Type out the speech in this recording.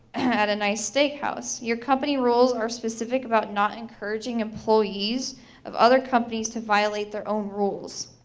at a nice steakhouse. your company rules are specific about not encouraging employees of other companies to violate their own rules.